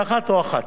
121 או 1,